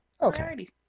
Okay